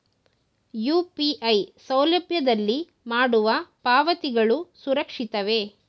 UPI ಸೌಲಭ್ಯದಲ್ಲಿ ಮಾಡುವ ಪಾವತಿಗಳು ಸುರಕ್ಷಿತವೇ?